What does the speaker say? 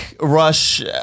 Rush